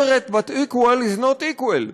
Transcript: Separate but equal is not equal,